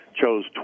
chose